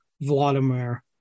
Vladimir